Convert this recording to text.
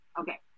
Okay